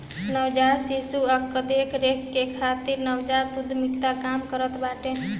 नवजात शिशु कअ देख रेख करे खातिर नवजात उद्यमिता काम करत बाटे